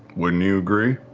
wouldn't you agree?